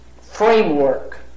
framework